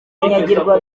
abagabo